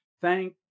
thank